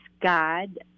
God